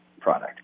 product